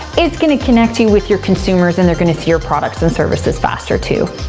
it's gonna connect you with your consumers, and they're gonna see your products and services faster too.